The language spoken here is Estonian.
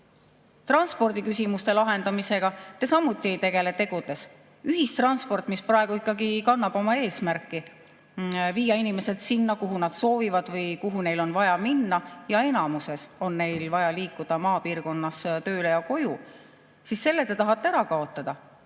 Transpordiküsimuste lahendamisega te samuti ei tegele tegudes. Ühistranspordi, mis praegu ikkagi kannab oma eesmärki viia inimesed sinna, kuhu nad soovivad või kuhu neil on vaja minna – ja enamuses on neil vaja liikuda maapiirkonnas tööle ja koju –, selle te tahate ära kaotada,